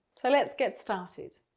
so let's get started.